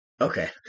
Okay